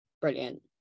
Brilliant